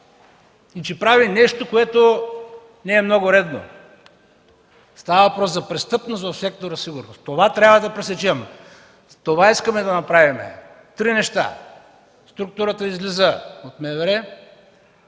и че прави нещо, което не е много редно. Става въпрос за престъпност в сектора „Сигурност”. Това трябва да пресечем. Това трябва да направим: три неща – структурата излиза от МВР,